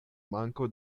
manko